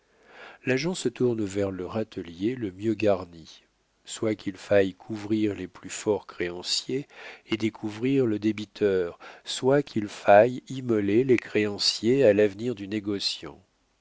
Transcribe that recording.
l'agent se tourne vers le râtelier le mieux garni soit qu'il faille couvrir les plus forts créanciers et découvrir le débiteur soit qu'il faille immoler les créanciers à l'avenir du négociant